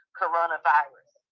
coronavirus